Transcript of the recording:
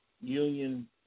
union